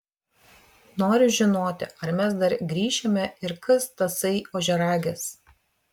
noriu žinoti ar mes dar grįšime ir kas tasai ožiaragis